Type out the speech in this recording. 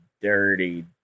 dirty